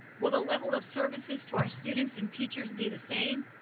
will the level of services to our students and teachers be the same?